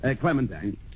Clementine